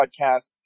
podcast